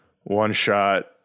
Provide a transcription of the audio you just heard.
one-shot